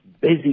busy